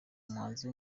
umuhanzi